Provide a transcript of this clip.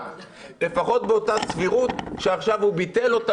לפחות באותה סבירות שעכשיו הוא ביטל אותה,